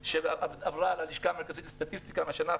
שעברה ללשכה המרכזית לסטטיסטיקה בשנה האחרונה.